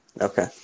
Okay